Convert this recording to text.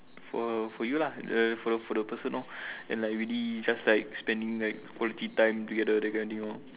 for for you lah the for the for the person lor and like really just like spending like quality time together that kind of thing lor